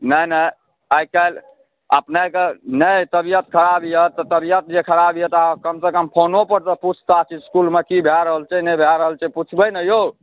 नहि नहि आइ काल्हि अपनेके नहि तबियत खराब अइ तबियत जे खराब अइ तऽ कमसँ कम फोनोपर तऽ पूछताछ इसकुलमे की भऽ रहल छै नहि भऽ रहल छै पुछबै नहि यौ